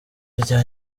rya